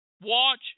watch